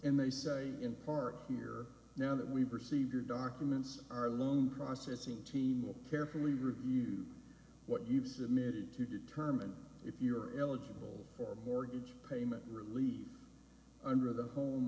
and they say in part here now that we perceive your documents our loan processing team will carefully review what you've submitted to determine if you are eligible for a mortgage payment relieve under the home